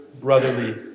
brotherly